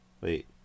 Wait